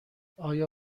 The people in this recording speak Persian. آیا